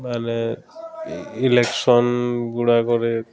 ମାନେ ଇଲେକ୍ସନ୍ଗୁଡ଼ାକରେ